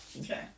okay